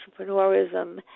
entrepreneurism